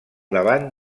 davant